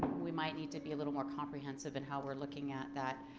we might need to be a little more comprehensive in how we're looking at that.